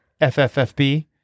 FFFB